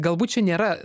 galbūt čia nėra